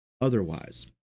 otherwise